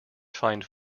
find